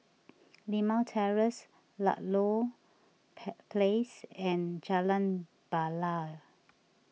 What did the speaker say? Limau Terrace Ludlow Place and Jalan Bilal